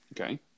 Okay